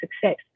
success